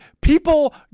people